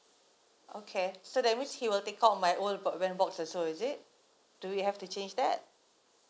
okay so that means he will take out my old broadband box also is it do we have to change that